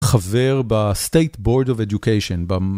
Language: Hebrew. חבר בסטייט בורד אוב אדיוקיישן במ